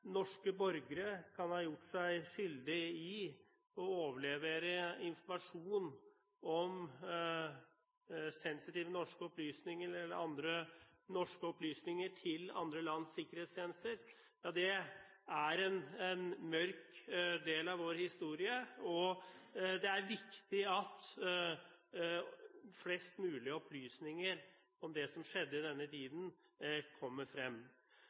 norske borgere kan ha gjort seg skyldige i å overlevere informasjon, sensitive norske opplysninger eller andre norske opplysninger, til andre lands sikkerhetstjenester, er en mørk del av vår historie, og det er viktig at flest mulig opplysninger om det som skjedde i denne tiden, kommer frem.